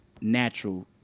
natural